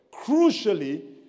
Crucially